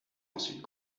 ensuite